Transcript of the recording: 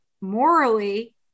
morally